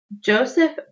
Joseph